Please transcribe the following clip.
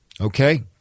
okay